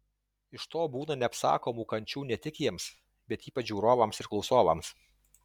iš to būna neapsakomų kančių ne tik jiems bet ypač žiūrovams ir klausovams